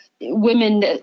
Women